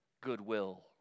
Goodwill